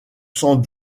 sans